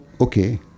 okay